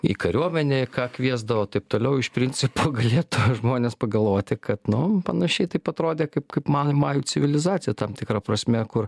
į kariuomenę ką kviesdavo taip toliau iš principo galėtų žmonės pagalvoti kad nu panašiai taip atrodė kaip kaip majų majų civilizacija tam tikra prasme kur